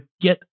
get